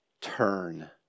turn